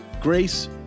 grace